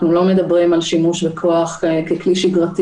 אנחנו לא מדברים על שימוש בכוח ככלי שגרתי